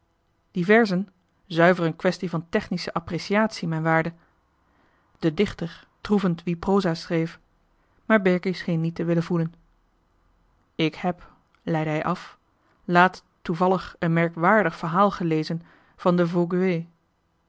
die verzen zuiver een kwestie van technische appreciatie mijn waarde de dichter troevend wie proza schreef maar berkie scheen niet te willen voelen k heb leidde hij af laatst toevallig een merk waardig verhaal gelezen van de